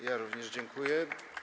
Ja również dziękuję.